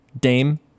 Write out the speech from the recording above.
Dame